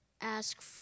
ask